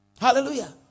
Hallelujah